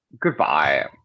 Goodbye